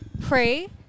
pray